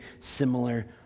similar